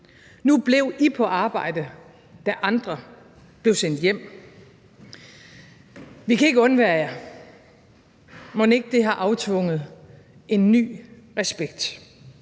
Nu blev I på arbejde, da andre blev sendt hjem. Vi kan ikke undvære jer. Mon ikke det har aftvunget en ny respekt?